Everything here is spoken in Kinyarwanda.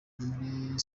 muri